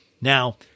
Now